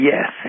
Yes